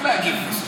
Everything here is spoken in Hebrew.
להביא לידי ביטוי,